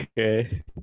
Okay